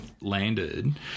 landed